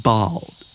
Bald